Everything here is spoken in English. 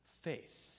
faith